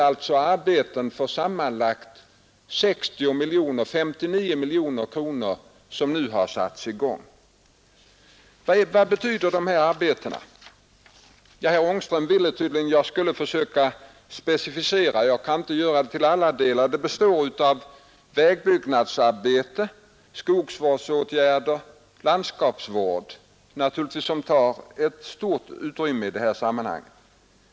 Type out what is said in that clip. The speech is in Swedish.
Arbeten för sammanlagd 59 miljoner kronor har alltså nu satts i gång där. Vad betyder dessa arbeten? Herr Ångström ville tydligen att jag skulle försöka specificera. Jag kan inte göra det till alla delar. De består av vägbyggnadsarbete, skogsvårdsåtgärder och landskapsvård, som naturligtvis har ett stort utrymme i detta sammanhang.